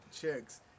chicks